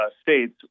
states